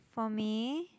for me